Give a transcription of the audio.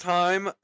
time